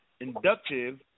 inductive